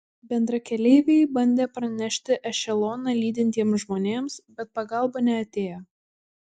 bendrakeleiviai bandė pranešti ešeloną lydintiems žmonėms bet pagalba neatėjo